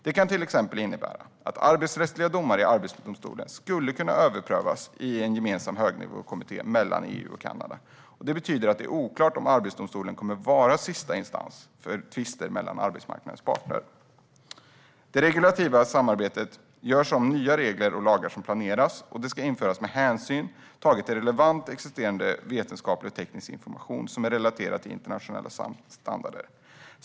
Det kan till exempel innebära att arbetsrättsliga domar i Arbetsdomstolen skulle kunna överprövas i en gemensam högnivåkommitté mellan EU och Kanada. Det betyder att det är oklart om Arbetsdomstolen kommer att vara sista instans för tvister mellan arbetsmarknadens parter. Det ska ske ett regulativt samarbete om nya regler och lagar som planeras och dessa ska införas med hänsyn tagen till relevant existerande vetenskaplig och teknisk information relaterad till internationella standarder.